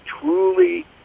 truly